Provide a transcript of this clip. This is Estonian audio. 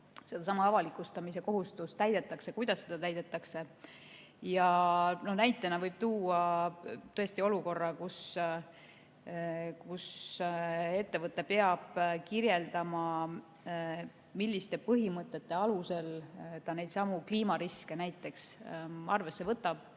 kas avalikustamise kohustust täidetakse ja kuidas seda täidetakse. Näitena võib tuua olukorra, kus ettevõte peab kirjeldama, milliste põhimõtete alusel ta näiteks neidsamu kliimariske arvesse võtab